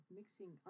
mixing